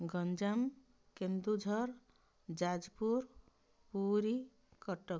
Ganjam Keonjhar Jajpur Puri Cuttack